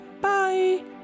Bye